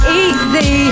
easy